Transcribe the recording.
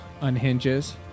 unhinges